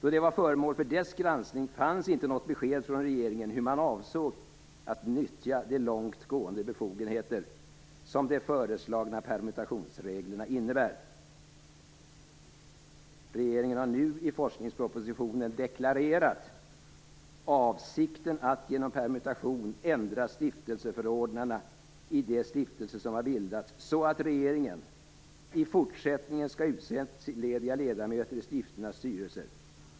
Då det var föremål för dess granskning fanns inte något besked från regeringen om hur man avsåg att nyttja de långt gående befogenheter som de föreslagna permutationsreglerna innebär. Regeringen har nu i forskningspropositionen deklarerat avsikten att genom permutation ändra stiftelseförordnadena i de stiftelser som har bildats så att regeringen i fortsättningen skall utse och entlediga ledamöter i stiftelsernas styrelser.